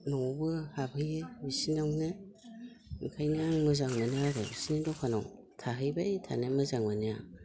न'आवबो हाबहैयो बिसिनावनो ओंखायनो आं मोजां मोनो आरो बिसिनि दखानाव थाहैबाय थानो मोजां मोनो आं